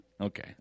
okay